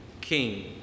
king